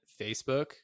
Facebook